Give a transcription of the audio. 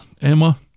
Emma